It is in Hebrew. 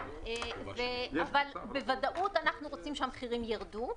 אבל בוודאות אנחנו רוצים שהמחירים ירדו,